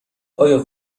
آیا